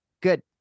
good